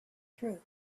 through